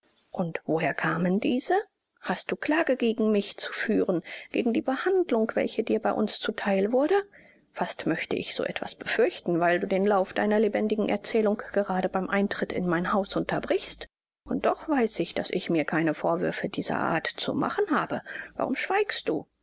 und woher kamen diese hast du klage gegen mich zu führen gegen die behandlung welche dir bei uns zu theil wurde fast möchte ich so etwas befürchten weil du den lauf deiner lebendigen erzählung gerade beim eintritt in mein haus unterbrichst und doch weiß ich daß ich mir keine vorwürfe dieser art zu machen habe warum schweigst du